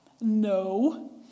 No